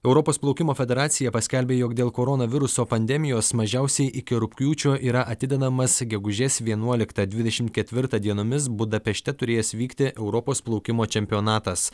europos plaukimo federacija paskelbė jog dėl koronaviruso pandemijos mažiausiai iki rugpjūčio yra atidedamas gegužės vienuoliktą dvidešimt ketvirtą dienomis budapešte turėjęs vykti europos plaukimo čempionatas